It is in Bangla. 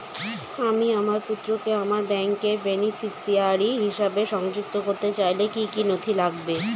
আমি আমার পুত্রকে আমার ব্যাংকের বেনিফিসিয়ারি হিসেবে সংযুক্ত করতে চাইলে কি কী নথি লাগবে?